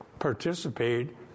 participate